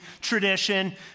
tradition